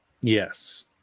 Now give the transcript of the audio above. Yes